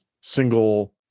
single